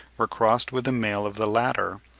were crossed with the male of the latter,